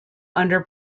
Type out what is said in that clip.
under